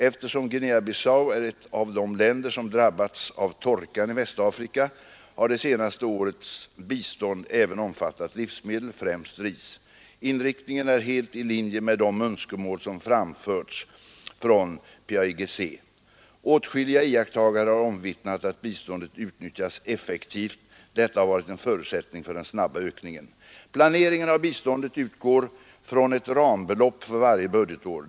Eftersom Guinea-Bissau är ett av de länder som drabbats av torkan i Västafrika, har det senaste årets bistånd även omfattat livsmedel, främst ris. Inriktningen är helt i linje med de önskemål som framförts från PAIGC. Åtskilliga iakttagare har omvittnat att biståndet utnyttjas effektivt. Detta har varit en förutsättning för den snabba ökningen. Planeringen av biståndet utgår från ett rambelopp för varje budgetår.